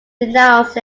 denounced